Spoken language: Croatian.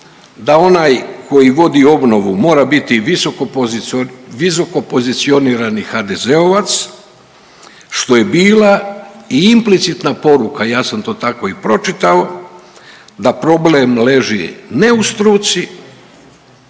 da onaj koji vodi obnovu mora biti visoko pozicionirani HDZ-ovac što je bila i implicitna poruka, ja sam to tako i pročitao, da problem leži ne u struci,